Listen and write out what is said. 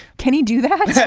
can you do that.